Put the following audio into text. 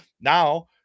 now